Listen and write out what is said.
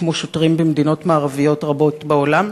כמו שוטרים במדינות מערביות רבות בעולם.